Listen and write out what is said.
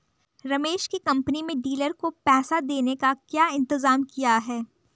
रमेश की कंपनी में डीलर को पैसा देने का क्या इंतजाम किया है?